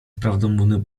prawdomówny